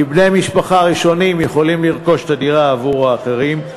כי בני משפחה ראשונים יכולים לרכוש את הדירה עבור האחרים,